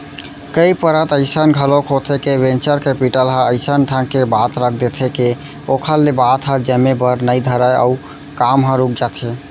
कई परत अइसन घलोक होथे के वेंचर कैपिटल ह अइसन ढंग के बात रख देथे के ओखर ले बात ह जमे बर नइ धरय अउ काम ह रुक जाथे